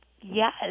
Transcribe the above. yes